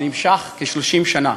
שנמשך כ-30 שנה.